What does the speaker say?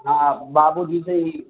ہاں بابو جی سے ہی